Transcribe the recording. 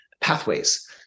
pathways